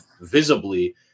visibly